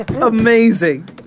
Amazing